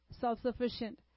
self-sufficient